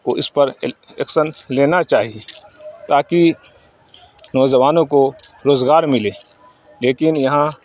کو اس پر ایکسن لینا چاہیے تاکہ نوجوانوں کو روزگار ملے لیکن یہاں